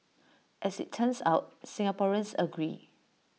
as IT turns out Singaporeans agree